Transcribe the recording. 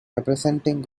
representing